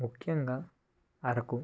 ముఖ్యంగా అరకు